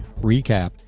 recap